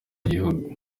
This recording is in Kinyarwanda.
igihugu